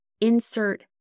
insert